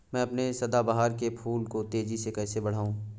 मैं अपने सदाबहार के फूल को तेजी से कैसे बढाऊं?